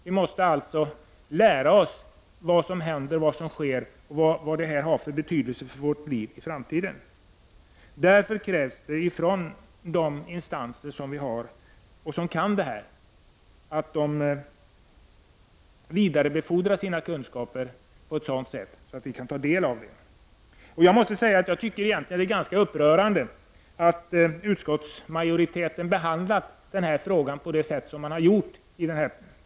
Vi måste lära oss vad som sker, och vad detta har för betydelse för oss i framtiden. Det krävs att de instanser som kan detta område vidarebefordrar sina kunskaper på ett sådant sätt att vi kan ta del av det. Jag tycker att det sätt på vilket utskottsmajoriteten har behandlat frågan i detta betänkande är ganska upprörande.